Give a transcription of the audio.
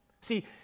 See